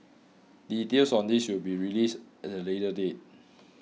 details on this will be released at a later date